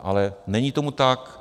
Ale není tomu tak.